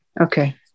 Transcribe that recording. Okay